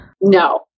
No